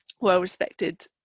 well-respected